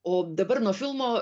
o dabar nuo filmo